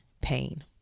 pain